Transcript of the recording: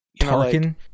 Tarkin